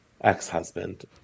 ex-husband